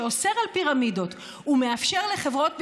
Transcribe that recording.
שאוסר פירמידות ומאפשר לחברות בישראל,